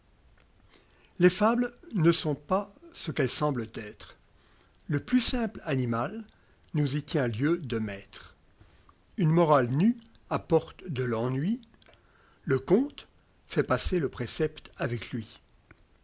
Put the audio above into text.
j jes fables ne sont pas ce qu'elles semblent être le plus simple animal nous y tient lieu de mailvc une morale nue apporte de l'ennui le conte fait passer le précepte avec lui